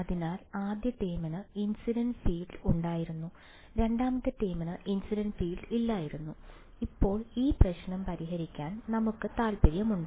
അതിനാൽ ആദ്യ ടേമിന് ഇൻസിഡൻസ് ഫീൽഡ് ഉണ്ടായിരുന്നു രണ്ടാമത്തെ ടേമിന് ഇൻസിഡൻസ് ഫീൽഡ് ഇല്ലായിരുന്നു ഇപ്പോൾ ഈ പ്രശ്നം പരിഹരിക്കാൻ നമുക്ക് താൽപ്പര്യമുണ്ട്